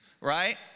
Right